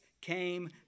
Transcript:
came